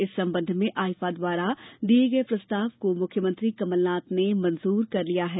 इस संबंध में आईफा द्वारा दिये गये प्रस्ताव को मुख्यमंत्री कमल नाथ ने मंजूर कर लिया है